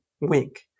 wink